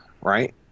right